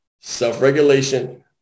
self-regulation